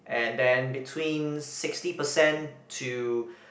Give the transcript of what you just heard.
and then between sixty percent to